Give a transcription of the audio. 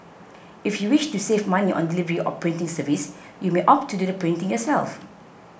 if you wish to save money on delivery or printing service you may opt to do the printing yourself